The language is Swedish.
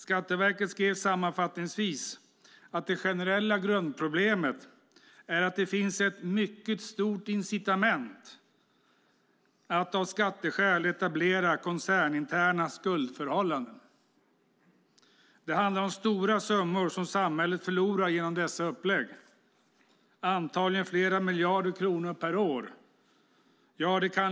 Skatteverket skrev sammanfattningsvis att det generella grundproblemet är att det finns ett mycket stort incitament att av skatteskäl etablera koncerninterna skuldförhållanden. Det handlar om stora summor som samhället förlorar genom dessa upplägg - antagligen flera miljarder kronor per år.